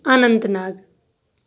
Anant Nag